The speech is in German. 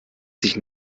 sich